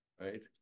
right